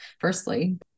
Firstly